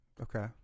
Okay